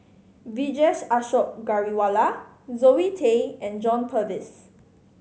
Vijesh Ashok Ghariwala Zoe Tay and John Purvis